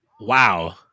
Wow